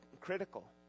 critical